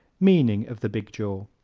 meaning of the big jaw